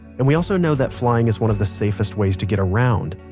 and we also know that flying is one of the safest ways to get around.